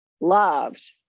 loved